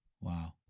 wow